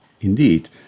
Indeed